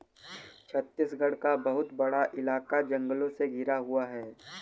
छत्तीसगढ़ का बहुत बड़ा इलाका जंगलों से घिरा हुआ है